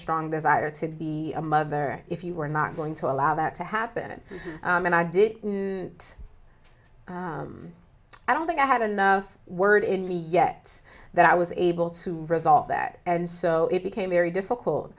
strong desire to be a mother if you were not going to allow that to happen and i did it i don't think i had enough word in me yet that i was able to resolve that and so it became very difficult